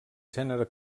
gènere